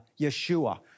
Yeshua